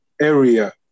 area